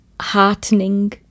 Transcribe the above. heartening